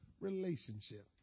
relationship